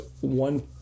one